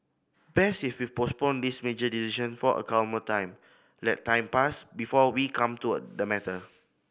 best if we postponed this major decision for a calmer time let time pass before we come to the matter